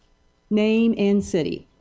name and city?